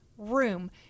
room